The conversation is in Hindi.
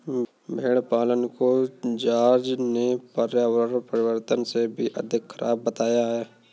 भेड़ पालन को जॉर्ज ने पर्यावरण परिवर्तन से भी अधिक खराब बताया है